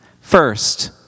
First